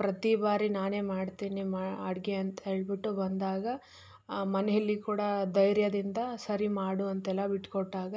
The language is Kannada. ಪ್ರತಿ ಬಾರಿ ನಾನೇ ಮಾಡ್ತೇನೆ ಮಾ ಅಡಿಗೆ ಅಂತ ಹೇಳ್ಬಿಟ್ಟು ಬಂದಾಗ ಮನೆಯಲ್ಲಿ ಕೂಡ ಧೈರ್ಯದಿಂದ ಸರಿ ಮಾಡು ಅಂತೆಲ್ಲ ಬಿಟ್ಟು ಕೊಟ್ಟಾಗ